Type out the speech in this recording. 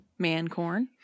Mancorn